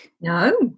no